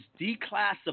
declassified